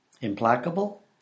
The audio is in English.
Implacable